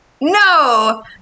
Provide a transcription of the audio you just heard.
no